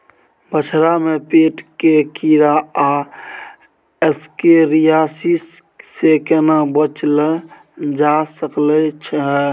बछरा में पेट के कीरा आ एस्केरियासिस से केना बच ल जा सकलय है?